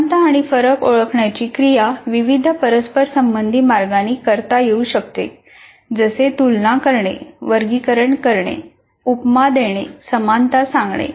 साधर्म्य आणि फरक ओळखण्याची क्रिया विविध परस्पर संबंधी मार्गांनी करता येऊ शकते जसे तुलना करणे वर्गीकरण करणे उपमा देणे समानता सांगणे